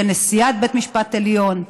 של נשיאת בית משפט עליון.